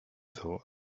thought